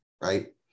Right